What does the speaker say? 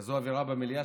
כזאת אווירה במליאה,